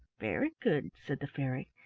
very good, said the fairy,